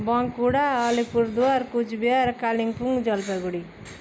Bankura Alipurduar Coochbehar Kalimpong Jalpaiguri